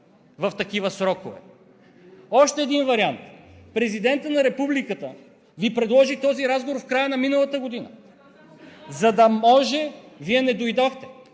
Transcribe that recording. в такива срокове. Още един вариант. Президентът на Републиката Ви предложи този разговор в края на миналата година, за да може – Вие не дойдохте